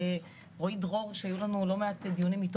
לרועי דרור שהיו לנו לא מעט דיונים איתו